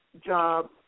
job